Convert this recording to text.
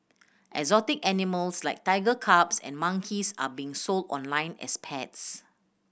exotic animals like tiger cubs and monkeys are being sold online as pets